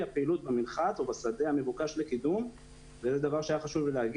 הפעילות במנחת או בשדה המבוקש לקידום וזה דבר שהיה חשוב לי לומר.